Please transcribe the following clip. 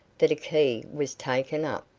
that a key was taken up.